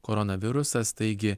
koronavirusas taigi